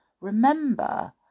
remember